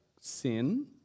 sin